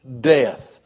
death